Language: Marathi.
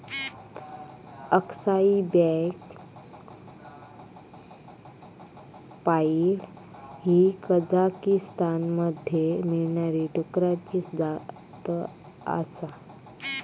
अक्साई ब्लॅक पाईड ही कझाकीस्तानमध्ये मिळणारी डुकराची जात आसा